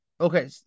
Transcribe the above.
Okay